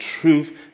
truth